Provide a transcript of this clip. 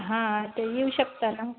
हां ते येऊ शकता ना